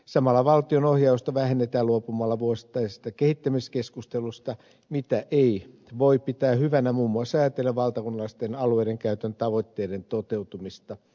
samalla valtion ohjausta vähennetään luopumalla vuosittaisesta kehittämiskeskustelusta mitä ei voi pitää hyvänä muun muassa ajatellen valtakunnallisten alueidenkäyttötavoitteiden toteutumista